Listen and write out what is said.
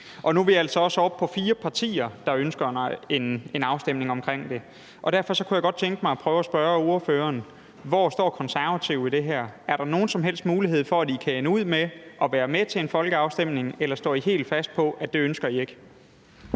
nu er vi altså også oppe på fire partier, der ønsker en afstemning om det. Derfor kunne jeg godt tænke mig at spørge ordføreren: Hvor står Konservative i det her? Er der nogen som helst mulighed for, at I kan ende med at ville være med til en folkeafstemning, eller står I helt fast på, at det ønsker I ikke?